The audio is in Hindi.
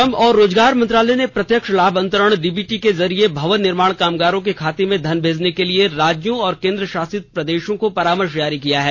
श्रम और रोजगार मंत्रालय ने प्रत्यश्र लाभ अंतरण डीबीटी के जरिए भवन निर्माण कामगारों के खातों में धन भेजने के लिए राज्यों और केन्द्र शासित प्रदेषों को परामर्ष जारी किया है